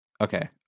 Okay